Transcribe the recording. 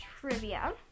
trivia